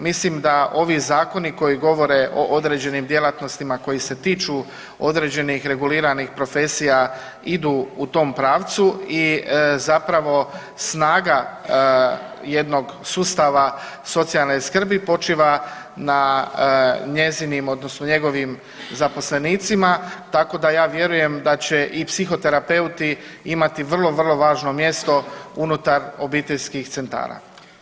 Mislim da ovi zakoni koji govore o određenim djelatnostima koji se tiču određenih reguliranih profesija idu u tom pravcu i zapravo snaga jednog sustava socijalne skrbi počiva na njezinim odnosno njegovim zaposlenicima tako da ja vjerujem da će i psihoterapeuti imati vrlo vrlo važno mjesto unutar obiteljskih centara.